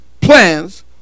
plans